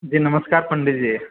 जी नमस्कार पंडीजी